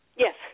Yes